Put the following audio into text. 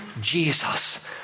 Jesus